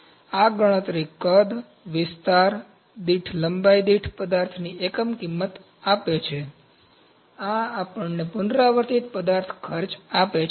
તેથી આ ગણતરી કદ વિસ્તાર દીઠ લંબાઈ દીઠ પદાર્થની એકમ કિંમત છે તેથી આ આપણને પુનરાવર્તિત પદાર્થ ખર્ચ આપે છે